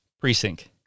precinct